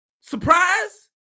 Surprise